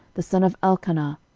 the son of elkanah,